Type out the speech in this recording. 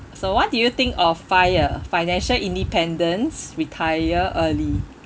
so what do you think of FIRE financial independence retire early